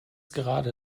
gerade